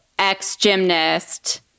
ex-gymnast